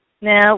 Now